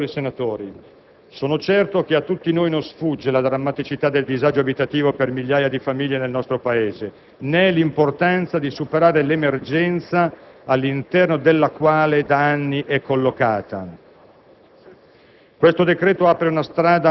Onorevoli senatrici, onorevoli senatori, sono certo che a tutti noi non sfugge la drammaticità del disagio abitativo per migliaia di famiglie nel nostro Paese, né l'importanza di superare l'emergenza all'interno della quale da anni è collocata.